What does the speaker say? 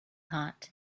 hot